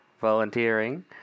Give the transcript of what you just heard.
volunteering